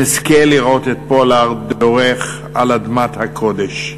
נזכה לראות את פולארד דורך על אדמת הקודש.